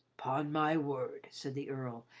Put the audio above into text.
upon my word, said the earl,